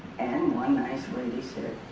and one nice lady said,